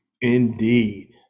Indeed